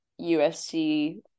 USC